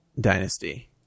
Dynasty